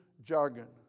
jargon